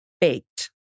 baked